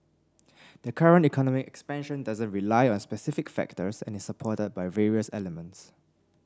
the current economic expansion doesn't rely on specific factors and is supported by various elements